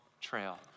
trail